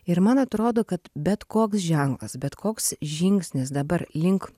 ir man atrodo kad bet koks ženklas bet koks žingsnis dabar link